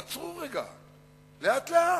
עצרו רגע, לאט-לאט,